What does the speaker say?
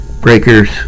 breakers